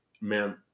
man